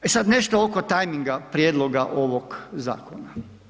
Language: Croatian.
E sad nešto oko tajminga prijedloga ovog zakona.